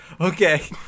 Okay